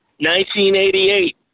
1988